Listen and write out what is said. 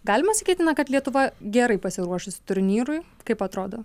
galime sakyti na kad lietuva gerai pasiruošusi turnyrui kaip atrodo